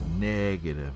negative